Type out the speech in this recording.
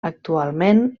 actualment